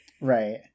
right